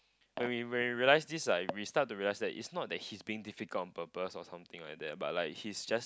when we when we realise this like we start to realise that it's not that he's being difficult on purpose or something like that but like he's just